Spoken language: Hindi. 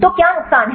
तो क्या नुकसान हैं